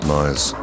Noise